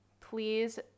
please